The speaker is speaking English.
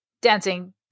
dancing